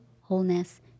wholeness